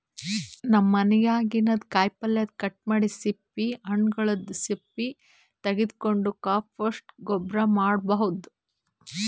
ನಮ್ ಮನ್ಯಾಗಿನ್ದ್ ಕಾಯಿಪಲ್ಯ ಕಟ್ ಮಾಡಿದ್ದ್ ಸಿಪ್ಪಿ ಹಣ್ಣ್ಗೊಲ್ದ್ ಸಪ್ಪಿ ತಗೊಂಡ್ ಕಾಂಪೋಸ್ಟ್ ಗೊಬ್ಬರ್ ಮಾಡ್ಭೌದು